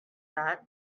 that